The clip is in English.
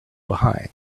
behind